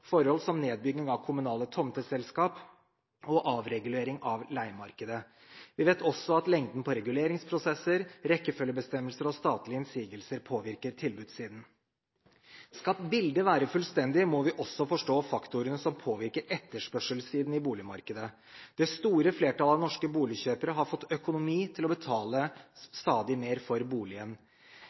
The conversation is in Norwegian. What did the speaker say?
forhold som nedbygging av kommunale tomteselskap og avregulering av leiemarkedet. Vi vet også at lengden på reguleringsprosesser, rekkefølgebestemmelser og statlige innsigelser påvirker tilbudssiden. Skal bildet være fullstendig, må vi også forstå faktorene som påvirker etterspørselssiden i boligmarkedet. Det store flertallet av norske boligkjøpere har fått økonomi til å betale stadig mer for boligen.